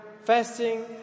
fasting